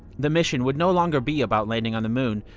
the mission would no longer be about landing on the moon.